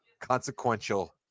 consequential